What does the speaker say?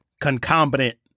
concomitant